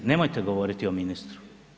Nemojte govoriti o ministru.